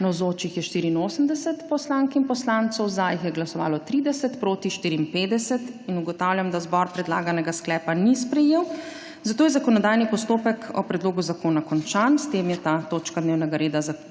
Navzočih je 84 poslank in poslancev, za jih je glasovalo 30, proti 54. (Za je glasovalo 30.) (Proti 54.) Ugotavljam, da zbor predlaganega sklepa ni sprejel, zato je zakonodajni postopek o predlogu zakona končan. S tem je ta točka dnevnega reda zaključena.